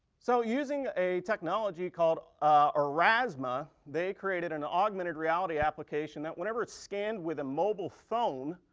so using a technology called ah aurasma, they created an augmented reality application that whenever it's scanned with a mobile phone,